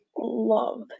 love